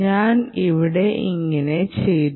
ഞാൻ ഇവിടെ ഇങ്ങനെ ചെയ്തു